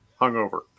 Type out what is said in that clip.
hungover